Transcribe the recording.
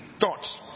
Thoughts